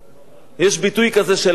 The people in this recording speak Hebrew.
יש ביטוי כזה של הרמב"ן: